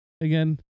again